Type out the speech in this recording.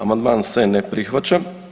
Amandman se ne prihvaća.